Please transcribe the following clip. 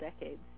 decades